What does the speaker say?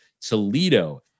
Toledo